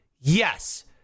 Yes